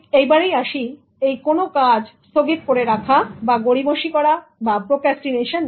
এবারে আসি এই কোনো কাজ স্থগিত করে রাখা বা গরীমসী প্রক্রাস্টিনেশন করা নিয়ে